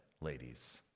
ladies